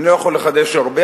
אני לא יכול לחדש הרבה,